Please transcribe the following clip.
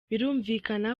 birumvikana